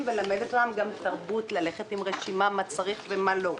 וללמד אותם תרבות: ללכת עם רשימה מה צריך ומה לא.